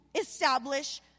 establish